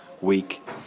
week